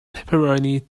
pepperoni